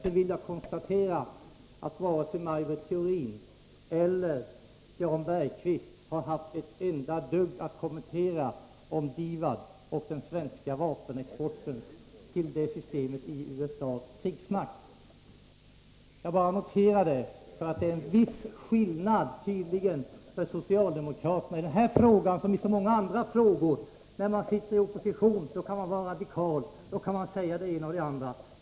Sedan vill jag konstatera att varken Maj Britt Theorin eller Jan Bergqvist har ett dugg till kommentar om den svenska vapenexporten till DIVAD projektet i USA:s krigsmakt. Jag bara noterar det, eftersom det tydligen är en viss skillnad för socialdemokraterna i denna fråga — liksom i så många andra frågor — mellan att sitta i opposition och ha regeringsmakten. När man sitter i opposition kan man vara radikal och säga det ena och det andra.